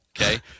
okay